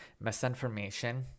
Misinformation